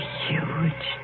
huge